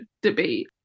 debate